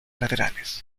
laterales